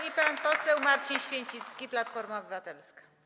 I pan poseł Marcin Święcicki, Platforma Obywatelska.